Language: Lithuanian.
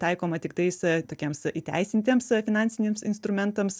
taikoma tiktais tokiems įteisintiems finansiniams instrumentams